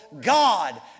God